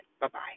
Bye-bye